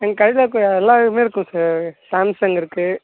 எங்கள் கையில இப்போ எல்லா இதுவுமே இருக்கும் சார் சாம்சங் இருக்குது